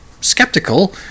skeptical